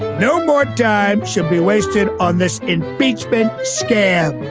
no more time should be wasted on this impeachment scam